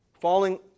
falling